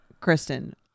Kristen